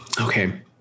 Okay